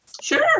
Sure